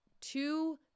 two